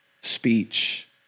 speech